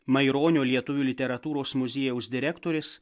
maironio lietuvių literatūros muziejaus direktorės